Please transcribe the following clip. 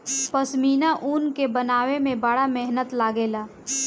पश्मीना ऊन के बनावे में बड़ा मेहनत लागेला